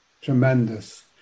Tremendous